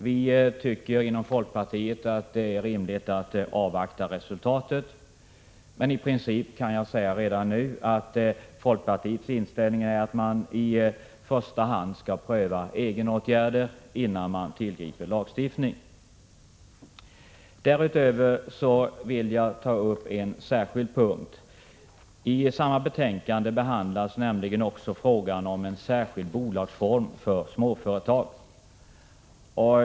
Vi tycker inom folkpartiet att det är rimligt att avvakta resultatet. Men i princip kan jag säga redan nu att folkpartiets inställning är att man i första hand skall pröva egenåtgärder innan man tillgriper lagstiftning. Därutöver vill jag ta upp en särskild punkt. I samma betänkande behandlas nämligen också frågan om en särskild bolagsform för småföretag.